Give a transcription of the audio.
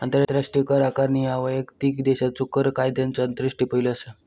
आंतरराष्ट्रीय कर आकारणी ह्या वैयक्तिक देशाच्यो कर कायद्यांचो आंतरराष्ट्रीय पैलू असा